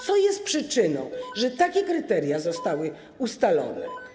Co jest przyczyną tego, że takie kryteria zostały ustalone?